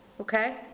Okay